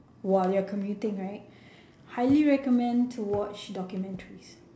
while you're commuting right highly recommend to watch documentaries